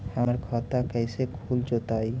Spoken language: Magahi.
हमर खाता कैसे खुल जोताई?